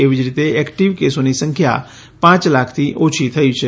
એવી જ રીતે એક્ટિવ કેસોની સંખ્યા પાંચ લાખથી ઓછી થઈ છે